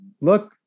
Look